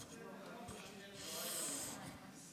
שלוש דקות לרשותך, אדוני, בבקשה.